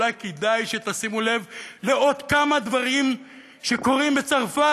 אולי כדאי שתשימו לב לעוד כמה דברים שקורים בצרפת,